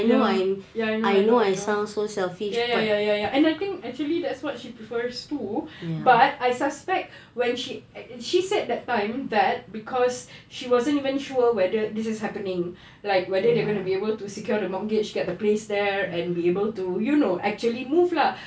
ya ya I know I know I know ya ya ya ya ya and I think actually that's what she prefers too but I suspect when she she said that time that cause she wasn't even sure whether this is happening like whether they're gonna be able to secure the mortgage get the place there and be able to you know actually move lah